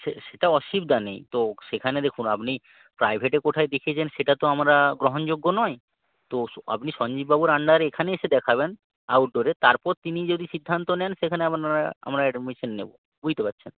সে সেটা অসুবিধা নেই তো সেখানে দেখুন আপনি প্রাইভেটে কোথায় দেখিয়েছেন সেটা তো আমরা গ্রহণযোগ্য নয় তো আপনি সঞ্জীববাবুর আন্ডারে এখানে এসে দেখাবেন আউটডোরে তারপর তিনি যদি সিদ্ধান্ত নেন সেখানে আবার না আমরা অ্যাডমিশন নেবো বুঝতে পারছেন